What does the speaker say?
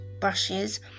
brushes